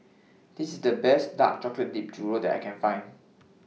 This IS The Best Dark Chocolate Dipped Churro that I Can Find